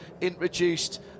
introduced